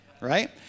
Right